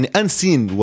unseen